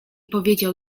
powiedział